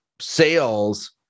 sales